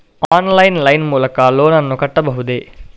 Online line ಮೂಲಕ loan ನನ್ನ ಕಟ್ಟಬಹುದೇ?